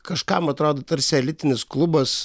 kažkam atrodo tarsi elitinis klubas